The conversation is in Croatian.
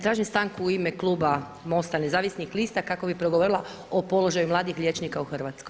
Tražim stanku u ime kluba MOST-a Nezavisnih lista kako bih progovorila o položaju mladih liječnika u Hrvatskoj.